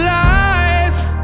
life